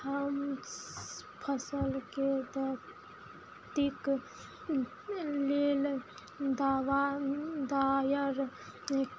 हम फसलके क्षतिक लेल दाबा दायर